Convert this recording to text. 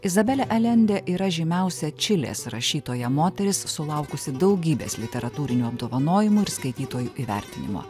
izabelė alendė yra žymiausia čilės rašytoja moteris sulaukusi daugybės literatūrinių apdovanojimų ir skaitytojų įvertinimo